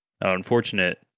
unfortunate